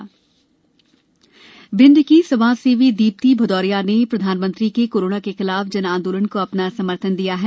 जन आंदोलन भिंड की समाजसेवी दीप्ति भदौरिया ने प्रधानमंत्री के कोरोना के खिलाफ जन आंदोलन को अपना समर्थन दिया है